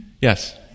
Yes